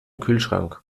kühlschrank